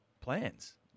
plans